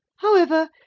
however,